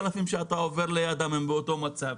האנשים שאתה עובר לידם נמצאים באותו מצב?